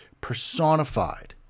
personified